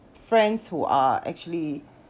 friends who are actually